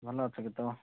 ଭଲ ଅଛୁ କି ତୁ